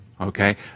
okay